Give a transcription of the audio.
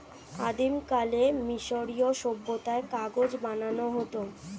আদিমকালে মিশরীয় সভ্যতায় কাগজ বানানো হতো